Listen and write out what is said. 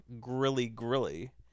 grilly-grilly